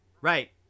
right